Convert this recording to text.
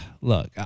look